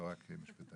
לא רק משפטנים.